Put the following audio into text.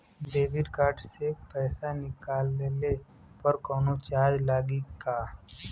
Debit card से पैसा निकलले पर कौनो चार्ज लागि का?